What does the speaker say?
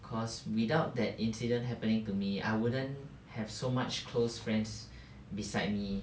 cause without that incident happening to me I wouldn't have so much close friends beside me